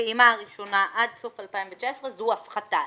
בפעימה הראשונה עד סוף 2019, זו הפחתה.